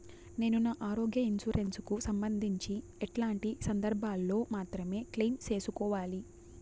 నేను నా ఆరోగ్య ఇన్సూరెన్సు కు సంబంధించి ఎట్లాంటి సందర్భాల్లో మాత్రమే క్లెయిమ్ సేసుకోవాలి?